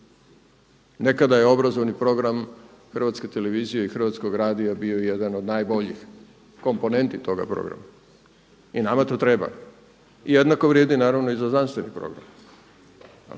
Nekada je obrazovani program HRT-a i Hrvatskoga radija bio jedan od najboljih komponenti toga programa. I nama to treba. I jednako vrijedi naravno i za znanstveni program.